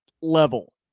level